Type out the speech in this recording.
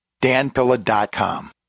danpilla.com